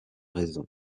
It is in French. raisons